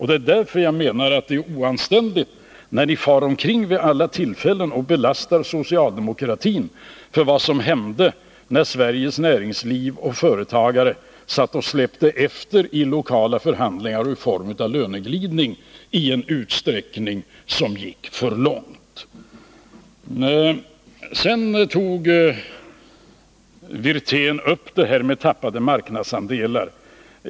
Det är därför jag menar att det är oanständigt när ni far omkring vid alla tillfällen och lastar socialdemokratin för vad som hände när Sveriges näringsliv, Sveriges företagare, satt och släppte efter i lokala förhandlingar i form av löneglidning i en utsträckning som gick för långt. Rolf Wirtén tog upp detta med tappade marknadsandelar.